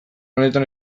honetan